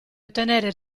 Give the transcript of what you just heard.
ottenere